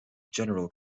general